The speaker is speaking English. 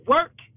Work